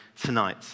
tonight